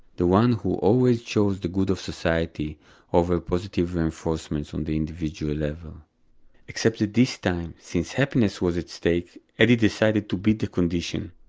the one who always chose the good of society over positive reinforcements on the individual level except that this time, since happiness was at stake, eddie decided to beat the condition.